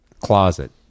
closet